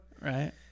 Right